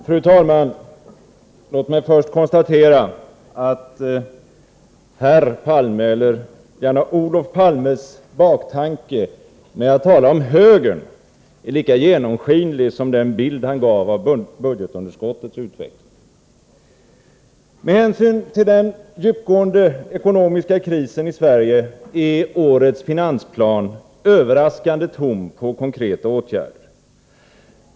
Fru talman! Låt mig först konstatera att herr Palmes — eller gärna Olof Palmes — baktanke med att tala om ”högern” är lika genomskinlig som den bild han gav av budgetunderskottets utveckiing. Med hänsyn till den djupgående ekonomiska krisen i Sverige är årets finansplan överraskande tom på konkreta åtgärder.